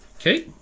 Okay